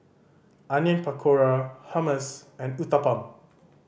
Onion Pakora Hummus and Uthapam